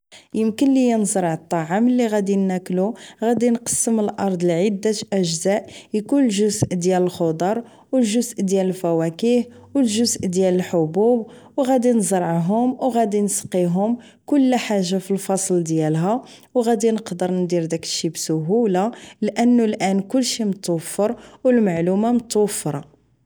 يمكن ليا زرع الطعم اللي غادي ناكله غادي نقسم الارض لعده اجزاء يكون الجزء ديال الخضار والجزء ديال الفواكه والجزء ديال الحبوب وغادي نزرعه وغادي نسقيهم كل حاجه في الفصل ديالها وغادي نقدر ندير داكشي بسهوله لانه الان كل شي متوفر والمعلومه متوفره